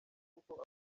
kuko